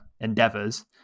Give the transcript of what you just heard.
endeavors